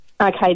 Okay